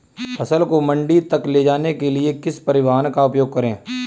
फसल को मंडी तक ले जाने के लिए किस परिवहन का उपयोग करें?